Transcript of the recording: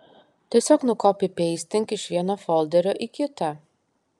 tiesiog nukopipeistink iš vieno folderio į kitą